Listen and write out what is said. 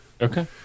Okay